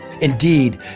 Indeed